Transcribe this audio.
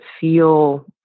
feel